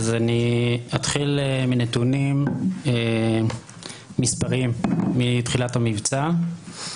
אני אתחיל מנתונים מספריים מתחילת המבצע.